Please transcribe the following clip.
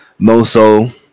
Moso